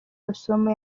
rusumo